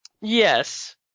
Yes